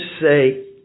say